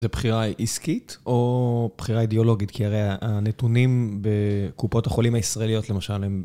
זה בחירה עסקית או בחירה אידיאולוגית? כי הרי הנתונים בקופות החולים הישראליות למשל, הם...